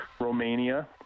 Romania